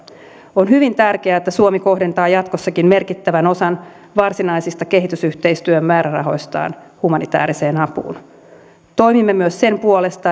on hyvin tärkeää että suomi kohdentaa jatkossakin merkittävän osan varsinaisista kehitysyhteistyömäärärahoistaan humanitääriseen apuun toimimme myös sen puolesta